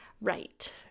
right